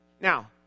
Now